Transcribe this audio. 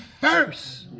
first